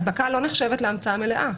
הדבקה לא נחשבת להמצאה מלאה.